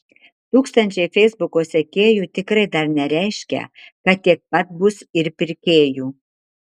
tūkstančiai feisbuko sekėjų tikrai dar nereiškia kad tiek pat bus ir pirkėjų